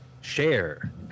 share